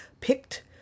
picked